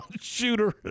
shooter